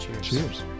cheers